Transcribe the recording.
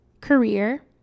career